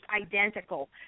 identical